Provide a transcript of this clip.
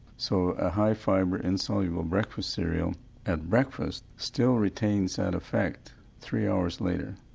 so a high fibre insoluble breakfast cereal at breakfast still retains that effect three hours later.